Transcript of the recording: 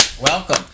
Welcome